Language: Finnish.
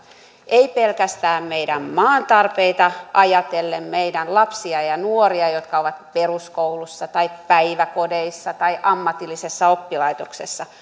ei pelkästään meidän maamme tarpeita ajatellen meidän lapsiamme ja nuoriamme jotka ovat peruskoulussa tai päiväkodeissa tai ammatillisessa oppilaitoksessa